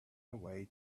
away